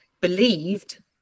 believed